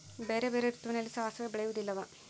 ಬೇರೆ ಬೇರೆ ಋತುವಿನಲ್ಲಿ ಸಾಸಿವೆ ಬೆಳೆಯುವುದಿಲ್ಲವಾ?